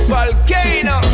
Volcano